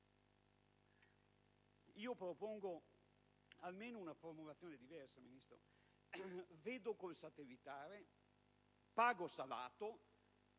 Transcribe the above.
Propongo almeno una formulazione diversa, signor Ministro: vedo con il satellitare, pago salato